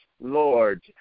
lord